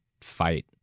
fight